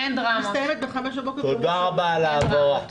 מסתיימת ב-05:00 בבוקר ביום ראשון.